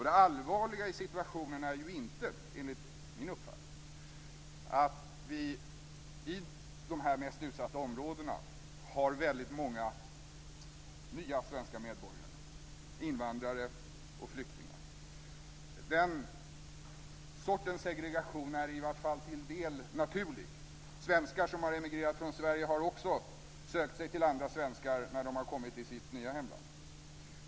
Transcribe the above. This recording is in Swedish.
Det allvarliga i situationen är ju inte, enligt min uppfattning, att vi i de mest utsatta områdena har många nya svenska medborgare, invandrare och flyktingar. Den sortens segregation är till del naturlig. Svenskar som emigrerat från Sverige har också sökt sig till andra svenskar när de har kommit till sitt nya hemland.